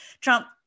Trump